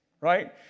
right